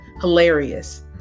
hilarious